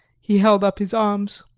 he held up his arms.